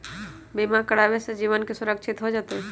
बीमा करावे से जीवन के सुरक्षित हो जतई?